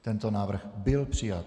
Tento návrh byl přijat.